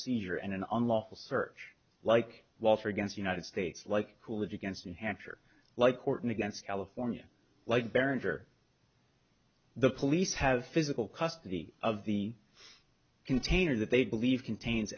seizure and an unlawful search like walter against united states like coolidge against new hampshire like orton against california like berenger the police have physical custody of the container that they believe contains